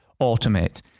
automate